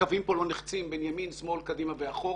הקווים פה לא נחצים ימין שמאל קדימה ואחורה,